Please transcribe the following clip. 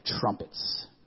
trumpets